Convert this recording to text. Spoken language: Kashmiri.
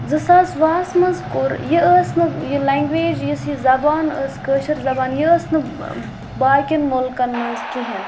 زٕ ساس وُہَس منٛز کوٚر یہِ ٲس نہٕ یہِ لنٛگویج یُس یہِ زبان ٲس کٲشِر زبان یہِ ٲس نہٕ باقٕیَن مُلکَن منٛز کِہیٖنۍ